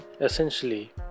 Essentially